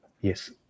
yes